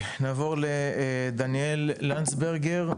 נעבור לדניאל לנדסברגר,